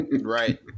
Right